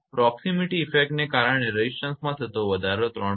proximity ઇફેક્ટને કારણે રેઝિસ્ટન્સમાં થતો વધારો 3